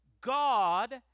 God